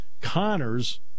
Connors